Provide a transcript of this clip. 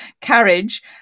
carriage